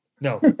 no